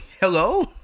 Hello